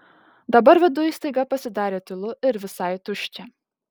dabar viduj staiga pasidarė tylu ir visai tuščia